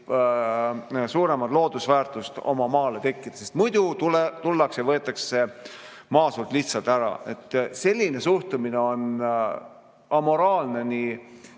suuremat loodusväärtust oma maale tekkida, sest muidu tullakse ja võetakse see maa sult lihtsalt ära. Selline suhtumine on amoraalne nii